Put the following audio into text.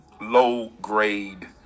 low-grade